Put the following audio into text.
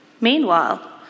Meanwhile